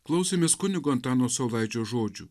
klausėmės kunigo antano saulaičio žodžių